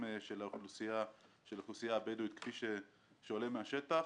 של האוכלוסייה הבדואית כפי שעולה מהשטח